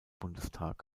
bundestag